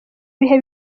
bihe